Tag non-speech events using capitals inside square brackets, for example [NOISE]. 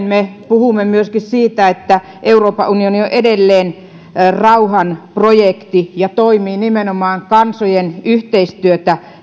[UNINTELLIGIBLE] me puhumme myöskin siitä että euroopan unioni on edelleen rauhanprojekti ja toimii nimenomaan edistäen kansojen yhteistyötä